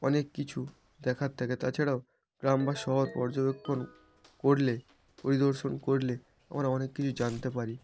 অনেক কিছু দেখার থাকে তাছাড়াও গ্রাম বা শহর পর্যবেক্ষণ করলে পরিদর্শন করলে আমরা অনেক কিছু জানতে পারি